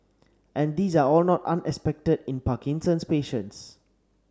and these are all not unexpected in Parkinson's patients